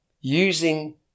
using